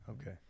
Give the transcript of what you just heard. Okay